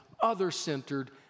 other-centered